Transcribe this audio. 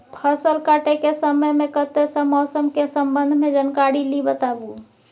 फसल काटय के समय मे कत्ते सॅ मौसम के संबंध मे जानकारी ली बताबू?